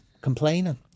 complaining